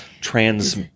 trans